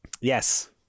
Yes